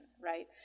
right